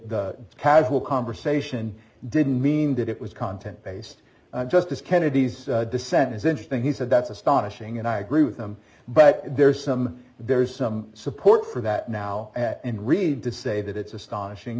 the casual conversation didn't mean that it was content based on justice kennedy's dissent is interesting he said that's astonishing and i agree with them but there's some there's some support for that now and read to say that it's astonishing